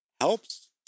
helps